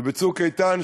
וב"צוק איתן"